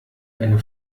eine